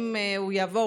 אם הוא יעבור,